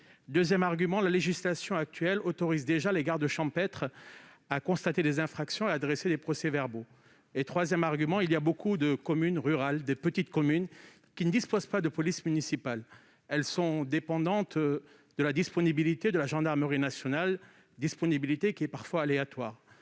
Deuxièmement, la législation actuelle autorise déjà les gardes champêtres à constater les infractions et à dresser des procès-verbaux. Troisièmement, beaucoup de communes rurales et de petites communes ne disposent pas d'une police municipale. Elles sont dépendantes de la disponibilité de la gendarmerie nationale, disponibilité qui est parfois aléatoire.